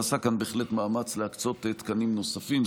נעשה כאן בהחלט מאמץ להקצות תקנים נוספים.